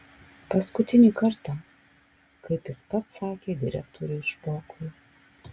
paskutinį kartą kaip jis pats sakė direktoriui špokui